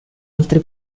altri